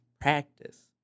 practice